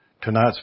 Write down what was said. tonight